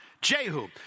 Jehu